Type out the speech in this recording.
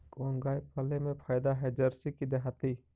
कोन गाय पाले मे फायदा है जरसी कि देहाती?